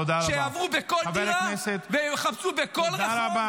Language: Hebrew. שיעברו בכל דירה ויחפשו בכל רחוב.